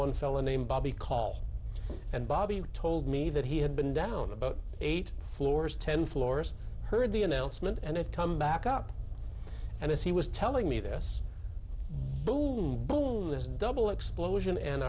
one fellow named bobby call and bobby told me that he had been down about eight floors ten floors heard the announcement and it come back up and as he was telling me this bowl was double explosion